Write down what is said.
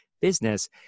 business